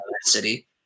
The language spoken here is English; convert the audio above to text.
city